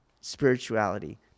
spirituality